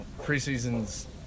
preseason's